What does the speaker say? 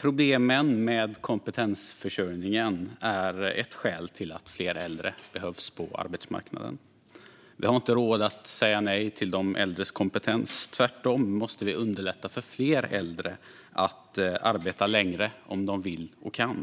Problemen med kompetensförsörjningen är ett skäl till att fler äldre behövs på arbetsmarknaden. Vi har inte råd att säga nej till de äldres kompetens. Tvärtom måste vi underlätta för fler äldre att arbeta längre, om de vill och kan.